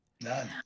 None